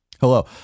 Hello